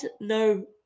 no